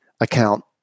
account